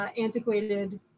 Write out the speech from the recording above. antiquated